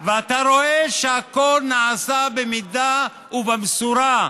ואתה רואה שהכול נעשה במידה ובמשורה.